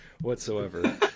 whatsoever